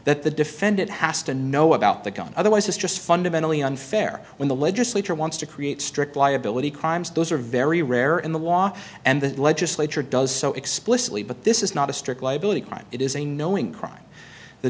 that the defendant has to know about the gun otherwise is just fundamentally unfair when the legislature wants to create strict liability crimes those are very rare in the law and the legislature does so explicitly but this is not a strict liability crime it is a knowing crime the